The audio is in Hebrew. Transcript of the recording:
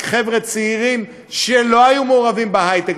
חבר'ה צעירים שלא היו מעורבים בהיי-טק,